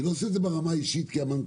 אני לא עושה את זה ברמה האישית כי המנכ"ל